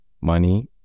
money